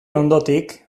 ondotik